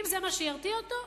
אם זה מה שירתיע אותו,